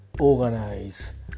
organize